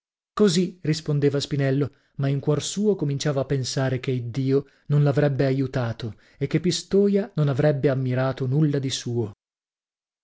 così rispondeva spinello ma in cuor suo cominciava a pensare che iddio non l'avrebbe aiutato e che pistoia non avrebbe ammirato nulla di suo